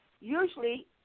usually